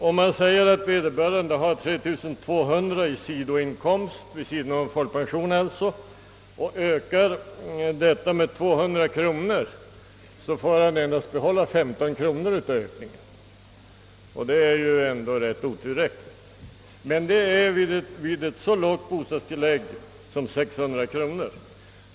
Om vederbörande har 3 200 i inkomst vid sidan av folkpensionen och ökar inkomsten med 200 kronor, får han endast behålla 15 kronor av ökningen, vilket ändå är otillräckligt; detta gäller vid ett så lågt bostadstillägg som 600 kronor.